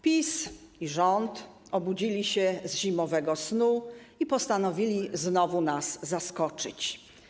PiS i rząd obudziły się z zimowego snu i postanowiły znowu nas zaskoczyć.